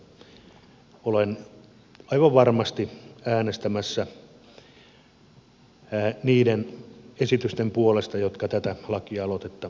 siinä mielessä olen aivan varmasti äänestämässä niiden esitysten puolesta jotka tätä lakialoitetta hylkäävät